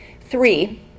three